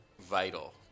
vital